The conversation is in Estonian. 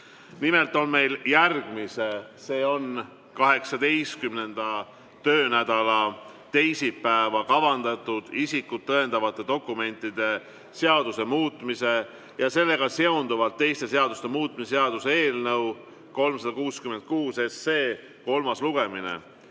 Nimelt on meil järgmise, s.o 18. töönädala teisipäeva kavandatud isikut tõendavate dokumentide seaduse muutmise ja sellega seonduvalt teiste seaduste muutmise seaduse eelnõu 366 kolmas lugemine.